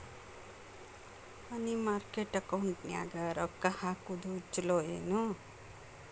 ಮನಿ market ಅಕೌಂಟಿನ್ಯಾಗ ರೊಕ್ಕ ಹಾಕುದು ಚುಲೊ ಏನು